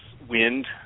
wind